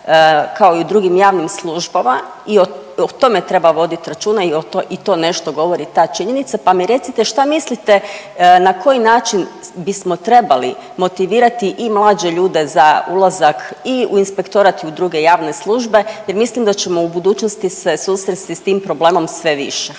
kao i u drugim javnim službama i o tome treba voditi računa i to nešto govori ta činjenica pa mi recite, šta mislite, na koji način bismo trebali motivirati i mlađe ljude za ulazak i u Inspektorat i u druge javne službe jer mislim da ćemo u budućnosti se susresti s tim problemom sve više.